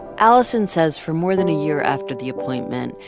alison says for more than a year after the appointment,